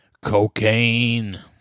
Cocaine